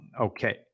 okay